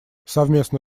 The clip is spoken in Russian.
совместно